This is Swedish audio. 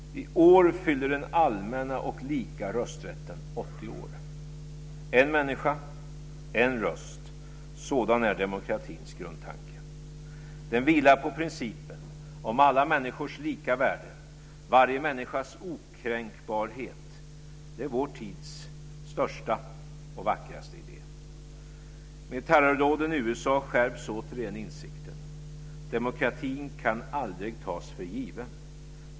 I år fyller den allmänna och lika rösträtten 80 år. En människa, en röst - sådan är demokratins grundtanke. Den vilar på principen om alla människors lika värde, varje människas okränkbarhet. Det är vår tids största och vackraste idé. Med terrordåden i USA skärps återigen insikten: Demokratin kan aldrig tas för given.